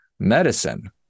medicine